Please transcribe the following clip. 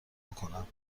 بکنم